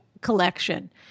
collection